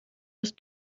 aus